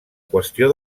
qüestió